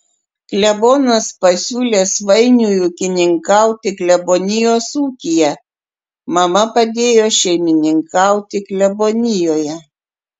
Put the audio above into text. klebonas pasiūlė svainiui ūkininkauti klebonijos ūkyje mama padėjo šeimininkauti klebonijoje